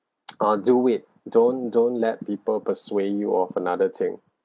ah do it don't don't let people persuay you of another thing